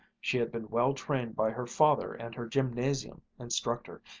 she had been well trained by her father and her gymnasium instructor,